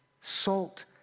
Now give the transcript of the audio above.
salt